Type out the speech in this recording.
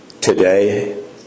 today